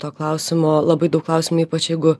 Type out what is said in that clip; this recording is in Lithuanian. to klausimo labai daug klausimų ypač jeigu